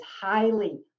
highly